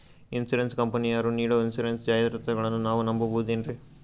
Insurance ಕಂಪನಿಯರು ನೀಡೋ insurance ಜಾಹಿರಾತುಗಳನ್ನು ನಾವು ನಂಬಹುದೇನ್ರಿ?